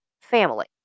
family